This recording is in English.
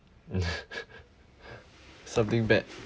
something bad